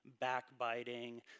backbiting